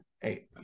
hey